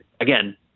again